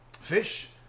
fish